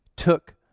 took